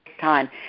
time